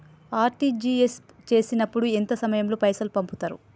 RTGS చేసినప్పుడు ఎంత సమయం లో పైసలు పంపుతరు?